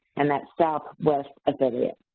and that's southwest affiliate.